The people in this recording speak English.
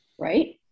Right